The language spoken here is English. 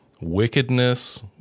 wickedness